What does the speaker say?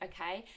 Okay